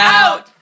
out